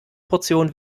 portion